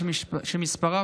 שמספרה